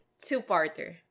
two-parter